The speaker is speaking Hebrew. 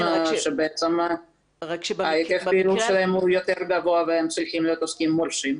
שבעצם היקף הפעילות שלהם יותר גבוה והם צריכים להיות עוסקים מורשים.